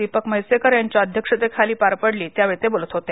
दीपक म्हैसेकर यांच्या अध्यक्षतेखाली पार पडली त्यावेळी ते बोलत होते